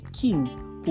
king